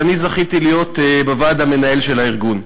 ואני זכיתי להיות בוועד המנהל של הארגון הזה.